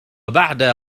بعد